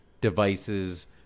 devices